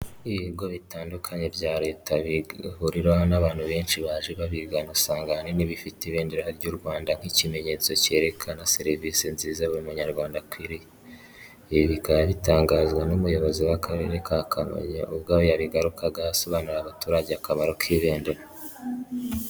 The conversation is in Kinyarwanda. Ibigo bitandukanye bya Leta bihuriraho n'abantu benshi baje babigana, usanga ahanini bifite ibendera ry'u Rwanda nk'ikimenyetso cyerekana serivisi nziza buri munyarwanda akwiriye. Ibi bikaba bitangazwa n'umuyobozi w'Akarere ka Kamonyi ubwo yabigarukagaho asobanurira abaturage akamaro k'ibendera.